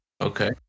Okay